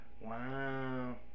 Wow